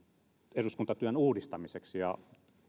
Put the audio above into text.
eduskuntatyön uudistamiseksi ja